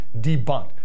debunked